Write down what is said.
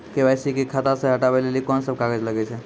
KYC खाता से हटाबै लेली कोंन सब कागज लगे छै?